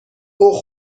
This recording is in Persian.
اوه